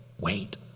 wait